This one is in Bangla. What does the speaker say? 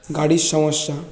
গাড়ির সমস্যা